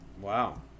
Wow